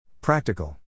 Practical